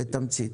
זה בתמצית.